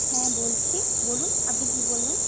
হ্যাঁ বলছি বলুন আপনি কি বলার